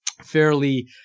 fairly